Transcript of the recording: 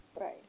Right